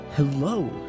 hello